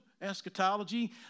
eschatology